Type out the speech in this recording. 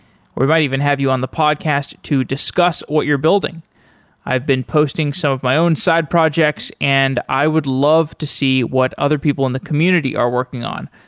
we might even have you on the podcast to discuss what you're building i've been posting some of my own side projects and i would love to see what other people in the community are working on.